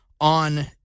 on